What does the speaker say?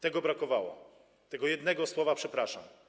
Tego brakowało, tego jednego słowa „przepraszam”